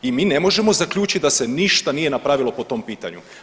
I mi ne možemo zaključit da se ništa nije napravilo po tom pitanju.